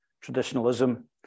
traditionalism